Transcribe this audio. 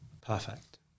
perfect